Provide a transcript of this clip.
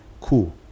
Cool